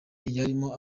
yarimo